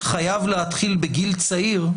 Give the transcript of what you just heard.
חייב להתחיל בגיל צעיר,